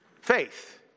faith